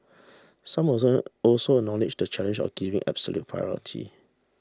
some also acknowledged the challenge of giving absolute priority